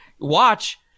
Watch